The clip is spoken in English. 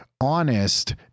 honest